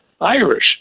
Irish